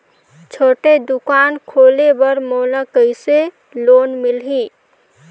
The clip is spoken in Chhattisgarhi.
छोटे दुकान खोले बर मोला कइसे लोन मिलही?